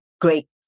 great